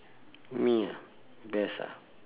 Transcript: me ah best ah